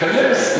תיכנס.